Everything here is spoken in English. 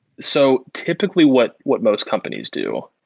so typically what what most companies do,